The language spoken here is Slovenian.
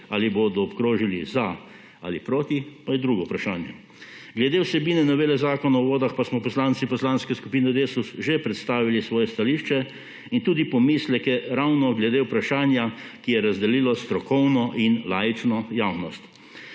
ali bodo obkrožili »za« ali »proti«, pa je drugo vprašanje. Glede vsebine novele Zakona o vodah pa smo poslanci Poslanske skupine Desus že predstavili svoje stališče in tudi pomisleke ravno glede vprašanja, ki je razdelilo strokovno in laično javnost.